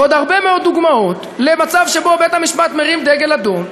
ועוד הרבה מאוד דוגמאות למצב שבו בית-המשפט מרים דגל אדום.